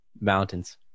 mountains